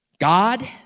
God